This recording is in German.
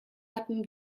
hatten